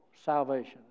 salvation